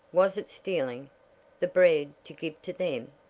was it stealing the bread to give to them!